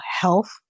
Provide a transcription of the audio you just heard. health